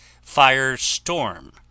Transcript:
fire-storm